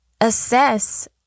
assess